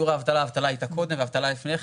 האבטלה הייתה קודם ולפני כן,